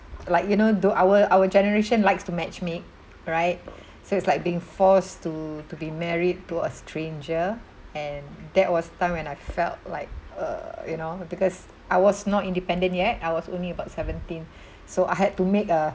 like you know tho~ our our generation likes to match make right so it's like being forced to to be married to a stranger and that was time when I felt like uh you know because I was not independent yet I was only about seventeen so I had to make a